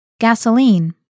Gasoline